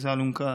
איזו אלונקה?